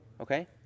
Okay